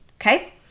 okay